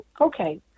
Okay